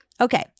Okay